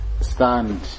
stand